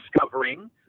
discovering